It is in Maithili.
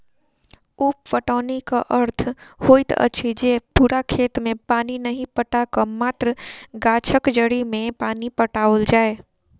उप पटौनीक अर्थ होइत अछि जे पूरा खेत मे पानि नहि पटा क मात्र गाछक जड़ि मे पानि पटाओल जाय